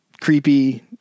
creepy